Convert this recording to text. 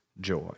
joy